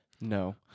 No